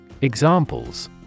Examples